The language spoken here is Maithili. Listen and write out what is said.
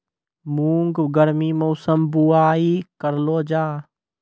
मूंग गर्मी मौसम बुवाई करलो जा?